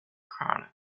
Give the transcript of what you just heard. chronicle